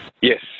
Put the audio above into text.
Yes